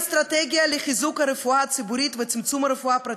אין אסטרטגיה לחיזוק הרפואה הציבורית ולצמצום הרפואה הפרטית,